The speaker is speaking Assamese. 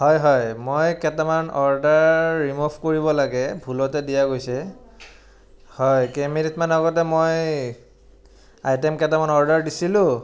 হয় হয় মই কেইটামান অৰ্ডাৰ ৰিমভ কৰিব লাগে ভুলতে দিয়া গৈছে হয় কেইমিনিটমান আগতে মই আইটেম কেইটামানৰ অৰ্ডাৰ দিছিলোঁ